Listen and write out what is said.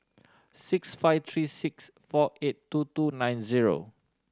six five three six four eight two two nine zero